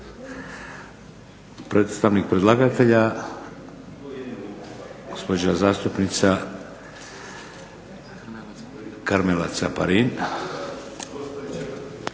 Predstavnik predlagatelja gospođa zastupnica Karmela Caparin.